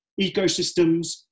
ecosystems